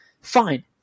fine